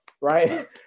right